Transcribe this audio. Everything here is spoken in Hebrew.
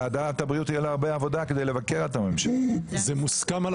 בנוסף, בגלל שזה לא מספיק, הוצאנו את